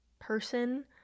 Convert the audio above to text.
person